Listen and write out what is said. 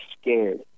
scared